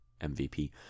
MVP